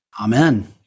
Amen